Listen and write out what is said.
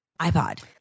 iPod